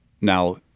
now